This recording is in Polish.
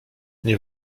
nie